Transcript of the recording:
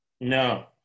No